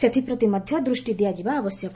ସେଥିପ୍ରତି ମଧ୍ୟ ଦୃଷ୍ଟି ଦିଆଯିବା ଆବଶ୍ୟକ